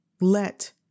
let